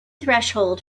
threshold